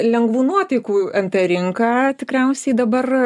lengvų nuotaikų nt rinką tikriausiai dabar